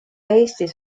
eestis